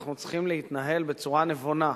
ואנחנו צריכים להתנהל בצורה נבונה.